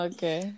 Okay